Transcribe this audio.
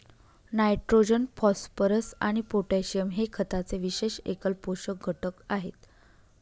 nitrogen, phosphorus आणि potassium हे खताचे विशेष एकल पोषक घटक आहेत